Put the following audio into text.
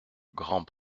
grands